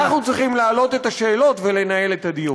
אנחנו צריכים להעלות את השאלות ולנהל את הדיון.